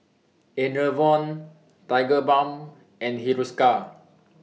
Enervon Tigerbalm and Hiruscar